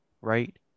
right